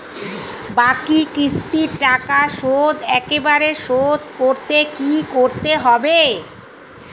বাকি কিস্তির টাকা শোধ একবারে শোধ করতে কি করতে হবে?